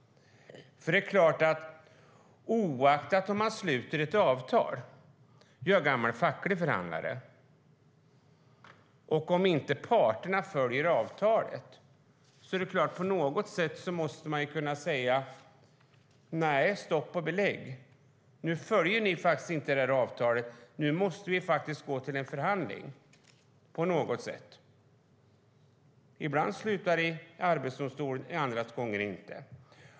Jag är en gammal facklig förhandlare. Men om parterna inte följer avtalet när ett avtal ska slutas måste man kunna säga: Stopp och belägg, nu följer ni faktiskt inte detta avtal. Nu måste vi faktiskt gå till en förhandling på något sätt. Ibland slutar det i Arbetsdomstolen, andra gånger inte.